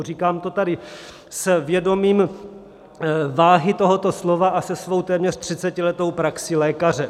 Říkám to tady s vědomím váhy tohoto slova a se svou téměř 30letou praxí lékaře.